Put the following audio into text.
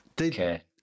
Okay